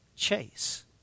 chase